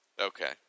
Okay